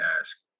ask